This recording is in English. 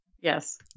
Yes